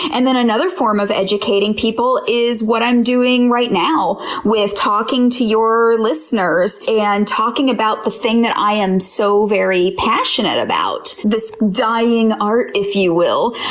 and then another form of educating people is what i'm doing right now with talking to your listeners and talking about the thing i am so very passionate about this dying art, if you will,